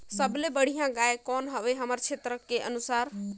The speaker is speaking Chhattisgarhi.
सबले बढ़िया गाय कौन हवे हमर क्षेत्र के अनुसार?